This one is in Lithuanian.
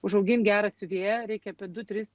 užaugint gerą siuvėją reikia apie du tris